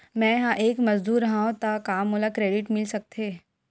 मैं ह एक मजदूर हंव त का मोला क्रेडिट मिल सकथे?